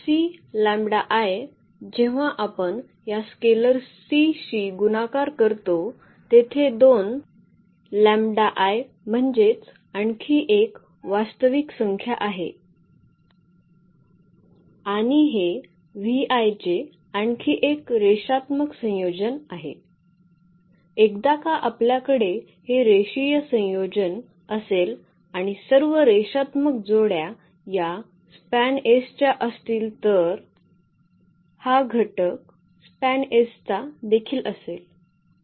c जेव्हा आपण या स्केलर c शी गुणाकार करतो तेथे दोन म्हणजेच आणखी एक वास्तविक संख्या आहे आणि हे चे आणखी एक रेषात्मक संयोजन आहे एकदाका आपल्याकडे हे रेषीय संयोजन असेल आणि सर्व रेषात्मक जोड्या या स्पॅनएस SPAN च्या असतील तर हा घटक स्पॅनएस SPAN चा देखील असेल